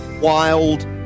wild